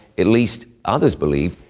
at least others believed,